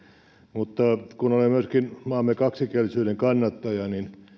mutta kun olen myöskin maamme kaksikielisyyden kannattaja